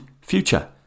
future